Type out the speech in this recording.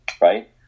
Right